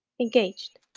Engaged